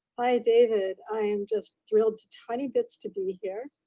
hi david, i am just thrilled to tiny bits to be here.